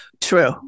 True